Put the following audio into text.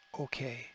okay